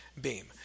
beam